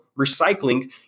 recycling